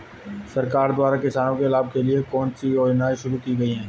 सरकार द्वारा किसानों के लाभ के लिए कौन सी योजनाएँ शुरू की गईं?